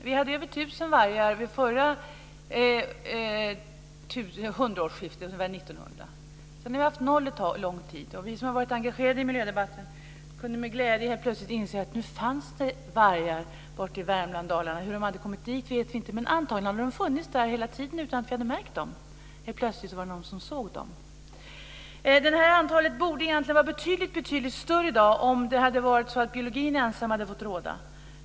Vi hade över 1 000 vargar vid förra hundraårsskiftet, dvs. år 1900. Sedan har vi haft noll en lång tid. Vi som har varit engagerade i miljödebatten kunde med glädje helt plötsligt inse att det nu fanns vargar i Värmland och Dalarna. Hur de har kommit dit vet vi inte. Men antagligen har de funnits där hela tiden utan att vi har märkt dem. Helt plötsligt var det någon som såg dem. Antalet borde egentligen vara betydligt större i dag om det varit så att biologin ensam hade fått råda.